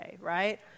right